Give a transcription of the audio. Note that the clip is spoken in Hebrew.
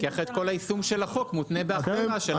כי אחרת כל היישום של החוק מותנה בהחלטה שלכם.